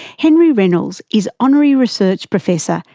henry reynolds is honorary research professor,